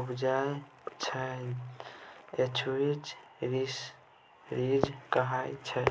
उपजाएल जाइ छै एस्च्युरीज फिशरीज कहाइ छै